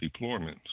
deployments